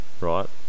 right